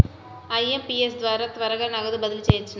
IMPS ద్వారా త్వరగా నగదు బదిలీ చేయవచ్చునా?